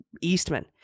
Eastman